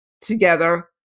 together